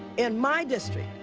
in my district,